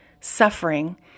suffering